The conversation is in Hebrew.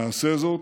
נעשה זאת,